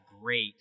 great